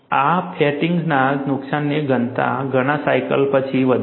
આ ફેટિગના નુકસાનની ઘનતા ઘણા સાયકલ પછી વધે છે